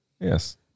Yes